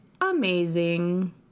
amazing